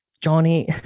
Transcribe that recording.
Johnny